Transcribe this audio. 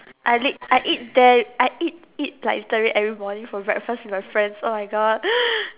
I eat I eat there I eat eat like literally every morning for breakfast with my friends oh my god